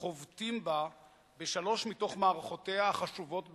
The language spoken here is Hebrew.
חובטים בה בשלוש מתוך מערכותיה החשובות ביותר,